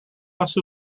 hace